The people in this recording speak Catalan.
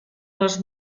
les